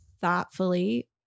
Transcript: thoughtfully